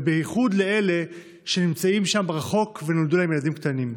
ובייחוד לאלה שנמצאים שם רחוק ונולדו להם ילדים קטנים.